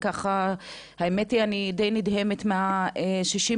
והאמת היא שאני די נדהמת מהמספר,